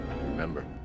Remember